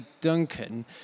Duncan